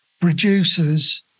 producers